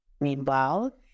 Meanwhile